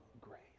grace